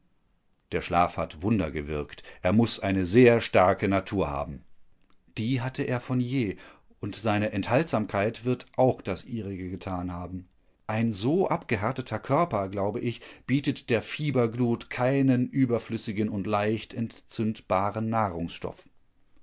der schlaf hat wunder gewirkt er muß eine sehr starke natur haben die hatte er von je und seine enthaltsamkeit wird auch das ihrige getan haben ein so abgehärteter körper glaube ich bietet der fieberglut keinen überflüssigen und leicht entzündbaren nahrungsstoff